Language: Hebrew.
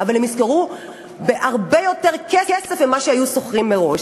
אבל הם ישכרו בהרבה יותר כסף ממה שהיו שוכרים מראש.